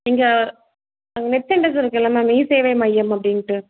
நீங்கள் அங்கே net centres இருக்குள்ல மேம் இசேவை மையம்ன்னு அப்படின்ட்டு